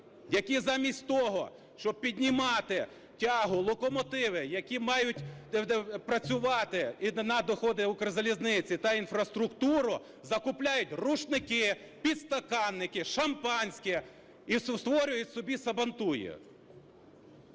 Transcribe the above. які замість того, щоб піднімати тягу локомотивів, які мають працювати на доходи "Укрзалізниці" та інфраструктуру, закупляють рушники, підстаканники, шампанське і створюють собі сабантуї!